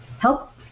help